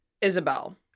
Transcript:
Isabel